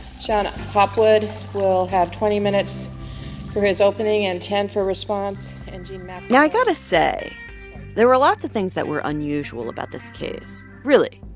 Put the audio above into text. shon hopwood will have twenty minutes for his opening and ten for response now, i got to say there were lots of things that were unusual about this case really,